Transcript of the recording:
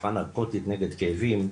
תרופה נרקוטית נגד כאבים,